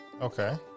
Okay